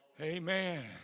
Amen